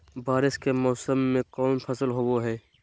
बारिस के मौसम में कौन फसल होबो हाय?